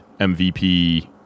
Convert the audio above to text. MVP